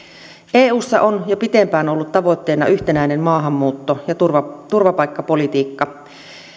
eussa on jo pitempään ollut tavoitteena yhtenäinen maahanmuutto ja turvapaikkapolitiikka